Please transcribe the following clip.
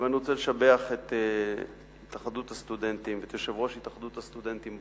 אני רוצה לשבח את התאחדות הסטודנטים ואת יושב-ראש התאחדות הסטודנטים,